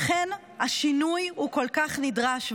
לכן השינוי הוא כל כך נדרש.